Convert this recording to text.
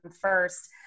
first